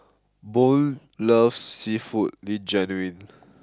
Boone loves Seafood Linguine